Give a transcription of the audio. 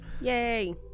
yay